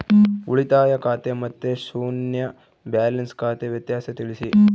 ಉಳಿತಾಯ ಖಾತೆ ಮತ್ತೆ ಶೂನ್ಯ ಬ್ಯಾಲೆನ್ಸ್ ಖಾತೆ ವ್ಯತ್ಯಾಸ ತಿಳಿಸಿ?